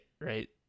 right